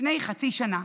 לפני חצי שנה,